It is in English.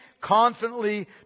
confidently